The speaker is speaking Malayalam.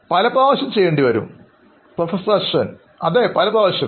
പലപ്രാവശ്യവും ചെയ്യേണ്ടിവരും പ്രൊഫസർ അശ്വിൻപലപ്രാവശ്യം